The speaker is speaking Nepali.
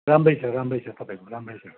राम्रै छ राम्रै छ तपाईँको राम्रै छ